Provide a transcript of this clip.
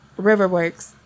Riverworks